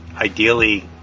ideally